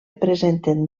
presenten